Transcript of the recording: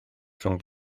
rhwng